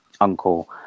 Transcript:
uncle